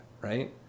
right